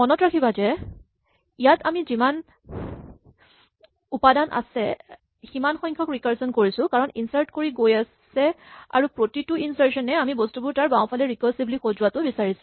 মনত ৰাখিবা যে ইয়াত আমি যিমান উপাদান আছে সিমান সংখ্যক ৰিকাৰচন কৰিছো কাৰণ ইনচাৰ্ট কৰি গৈ আছে আৰু প্ৰতিটো ইনচাৰ্চন এ আমি বস্তুবোৰ তাৰ বাওঁফালে ৰিকাৰছিভলী সজোৱাটো বিচাৰিছে